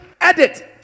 edit